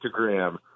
Instagram